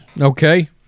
okay